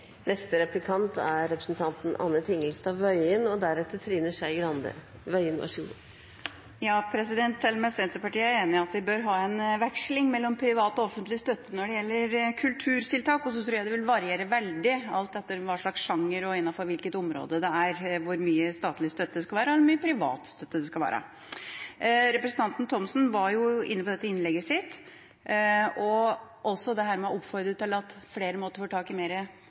at vi bør ha en veksling mellom privat og offentlig støtte når det gjelder kulturtiltak. Så tror jeg det vil variere veldig alt etter hva slags sjanger og innenfor hvilket område det er, hvor mye statlig støtte det skal være, og hvor mye privat det skal være. Representanten Thomsen var jo inne på dette i innlegget sitt og også på det å oppfordre til at flere må få tak i